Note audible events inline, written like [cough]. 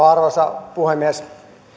[unintelligible] arvoisa puhemies